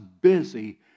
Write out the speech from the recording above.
busy